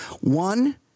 one